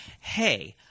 hey